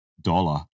dollar